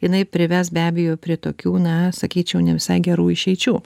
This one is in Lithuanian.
jinai prives be abejo prie to kių na sakyčiau ne visai gerų išeičių